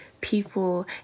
people